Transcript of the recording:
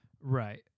Right